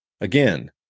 Again